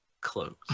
Close